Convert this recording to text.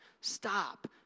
Stop